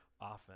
often